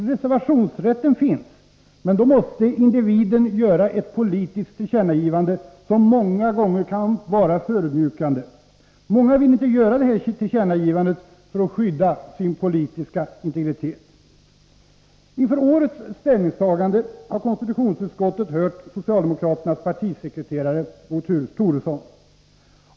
Reservationsrätten finns, men då måste individen göra ett politiskt tillkännagivande, som många gånger kan vara förödmjukande. Många vill inte göra detta tillkännagivande, för att skydda sin politiska integritet. Inför årets ställningstagande har konstitutionsutskottet hört socialdemokraternas partisekreterare, Bo Toresson.